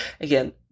again